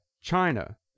China